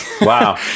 Wow